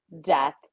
death